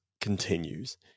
continues